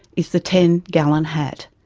is the ten gallon hat.